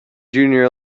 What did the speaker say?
junior